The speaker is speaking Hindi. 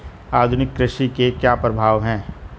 आधुनिक कृषि के क्या प्रभाव हैं?